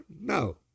No